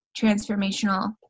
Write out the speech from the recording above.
transformational